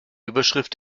überschrift